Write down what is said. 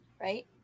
right